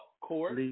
Court